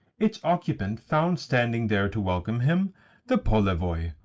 its occupant found standing there to welcome him the polevoi,